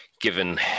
given